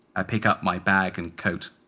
i pick up my bag and coat,